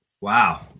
wow